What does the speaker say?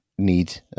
Need